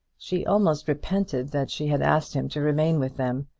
she almost repented that she had asked him to remain with them.